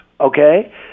okay